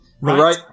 Right